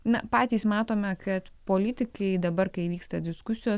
na patys matome kad politikai dabar kai vyksta diskusijos